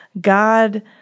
God